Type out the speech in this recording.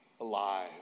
alive